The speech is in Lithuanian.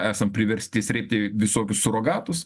esam priversti srėbti visokius surogatus